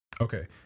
Okay